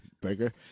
Breaker